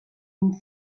une